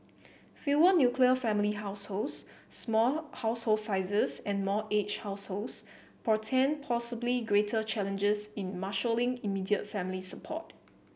fewer nuclear family households small household sizes and more aged households portend possibly greater challenges in marshalling immediate family support